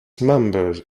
members